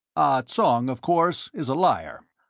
ah tsong, of course, is a liar.